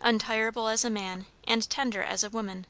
untireable as a man, and tender as a woman